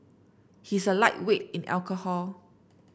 he is a lightweight in alcohol